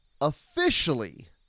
officially